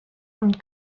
und